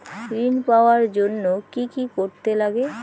ঋণ পাওয়ার জন্য কি কি করতে লাগে?